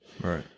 Right